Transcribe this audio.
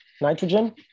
nitrogen